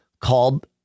called